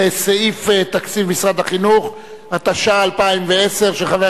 סעיף תקציב משרד החינוך), התשע"א 2010, לדיון